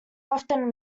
often